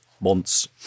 months